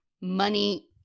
money